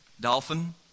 Dolphin